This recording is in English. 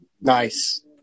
Nice